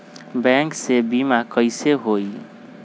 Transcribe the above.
Bank से बिमा कईसे होई?